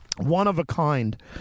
One-of-a-kind